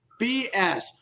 BS